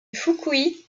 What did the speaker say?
fukui